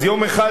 אז יום אחד,